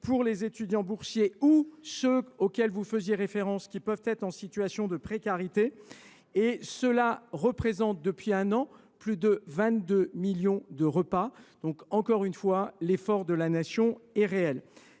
aux étudiants boursiers, ainsi qu’à ceux, auxquels vous faisiez référence, qui peuvent être en situation de précarité. Ce programme a offert, depuis un an, plus de 22 millions de repas. Encore une fois, l’effort de la Nation est réel.